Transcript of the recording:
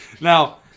now